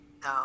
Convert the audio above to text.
No